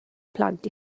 plant